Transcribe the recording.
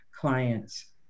clients